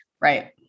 Right